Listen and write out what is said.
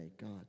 God